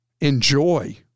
enjoy